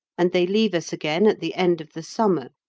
and they leave us again at the end of the summer,